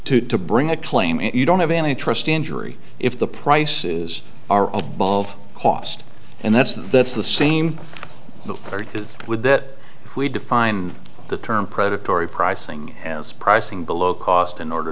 to to bring a claim and you don't have any trust injury if the price is are above cost and that's that that's the same the or would that if we define the term predatory pricing as pricing below cost in order